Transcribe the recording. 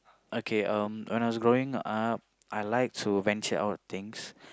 okay um when I was growing up I like to venture out of things